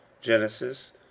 Genesis